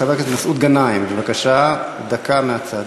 חבר הכנסת מסעוד גנאים, בבקשה, דקה מהצד.